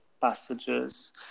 passages